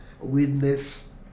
witness